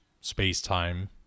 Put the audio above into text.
space-time